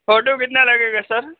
photo کتنا لگے گا سر